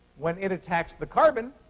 when it attacks the carbon,